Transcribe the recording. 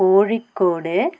Kozhikode